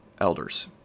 elders